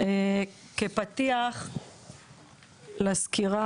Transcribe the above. כפתיח לסקירה,